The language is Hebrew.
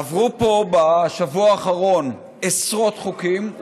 עברו פה בשבוע האחרון עשרות חוקים,